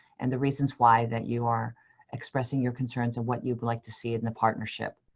and the reasons why that you are expressing your concerns and what you'd like to see in the partnership.